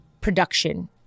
production